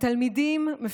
התלמידים,